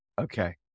Okay